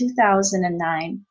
2009